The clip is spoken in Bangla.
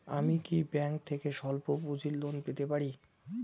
আমি কি ব্যাংক থেকে স্বল্প পুঁজির লোন পেতে পারি?